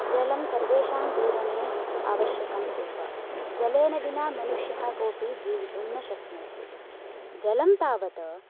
जलं सर्वेषाम् जीवने आवश्यकम् एव जलेन विना मनुष्यः कोपि जीवितुं न शक्नोति जलं तावत्